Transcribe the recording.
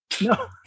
No